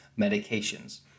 medications